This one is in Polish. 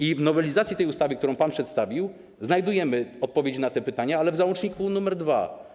I w nowelizacji ustawy, którą pan przedstawił, znajdujemy odpowiedzi na te pytania, ale w załączniku nr 2.